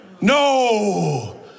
No